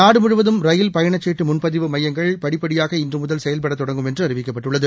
நாடு முழுவதும் ரயில் பயணச்சீட்டு முன்பதிவு மையங்கள் படிப்படியாக இன்று முதல் செயல்படத் தொடங்கும் என்று அறிவிக்கப்பட்டுள்ளது